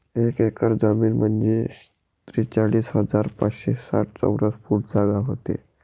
एक एकर जमीन म्हंजे त्रेचाळीस हजार पाचशे साठ चौरस फूट जागा व्हते